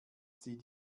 sie